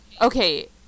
Okay